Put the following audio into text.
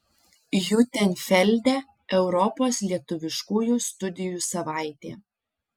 hiutenfelde europos lietuviškųjų studijų savaitė